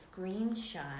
screenshot